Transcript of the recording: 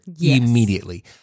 immediately